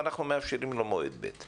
אנחנו מאפשרים לו מועד ב'.